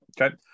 Okay